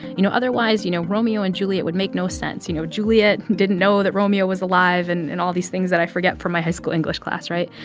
you know, otherwise, you know, romeo and juliet would make no sense. you know, juliet didn't know that romeo was alive and and all these things that i forget from my high school english class. right?